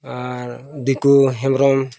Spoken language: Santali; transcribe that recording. ᱟᱨ ᱫᱤᱠᱩ ᱦᱮᱢᱵᱨᱚᱢ